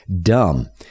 dumb